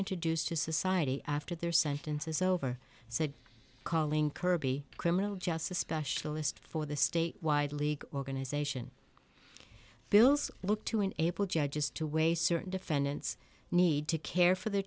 introduced to society after their sentences over said calling kirby criminal justice specialist for the state wide league organization bills look to enable judges to weigh certain defendants need to care for their